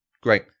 Great